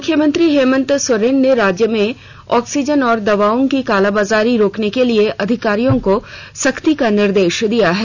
मुख्यमंत्री हेमंत सोरेन ने राज्य में ऑक्सीजन और जरूरी दवाओं की कालाबाजारी रोकने के लिए अधिकारियों को सख्ती का निर्देश दिया है